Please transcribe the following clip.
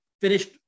finished